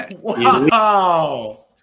wow